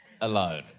alone